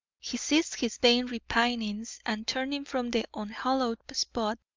he ceased his vain repinings, and turning from the unhallowed spot,